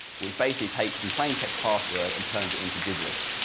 which basically take some plain text password, and turns it into gibberish.